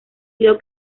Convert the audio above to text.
sido